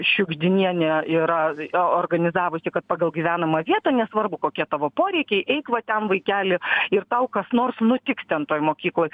šiugždinienė yra organizavusi kad pagal gyvenamą vietą nesvarbu kokie tavo poreikiai eik va ten vaikeli ir tau kas nors nutiks ten toj mokykloj